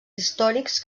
històrics